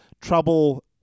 trouble